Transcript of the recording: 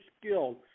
skilled